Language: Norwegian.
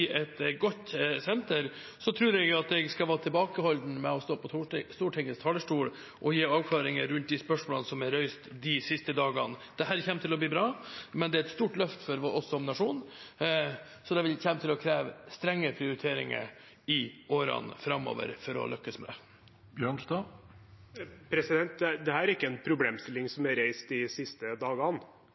et godt senter. Så tror jeg at jeg skal være tilbakeholden med å stå på Stortingets talerstol og gi avklaringer rundt de spørsmålene som er reist de siste dagene. Dette kommer til å bli bra, men det er et stort løft for oss som nasjon, så det vil komme til å kreve strenge prioriteringer i årene framover for å lykkes med det. Dette er ikke en problemstilling som er reist de siste dagene.